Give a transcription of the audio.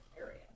area